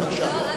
בבקשה.